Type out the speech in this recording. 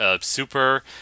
Super